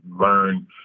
learn